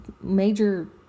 major